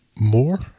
more